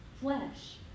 flesh